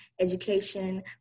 education